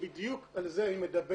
שבדיוק על זה היא מדברת.